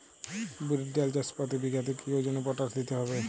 বিরির ডাল চাষ প্রতি বিঘাতে কি ওজনে পটাশ দিতে হবে?